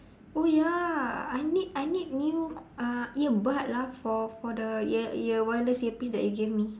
oh ya I need I need new uh earbuds lah for for the ear ear wireless earpiece that you give me